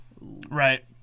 Right